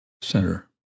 Center